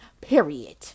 Period